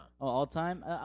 All-time